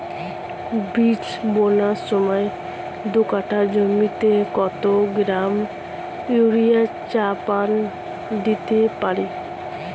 বীজ বোনার সময় দু কাঠা জমিতে কত গ্রাম ইউরিয়া চাপান দিতে পারি?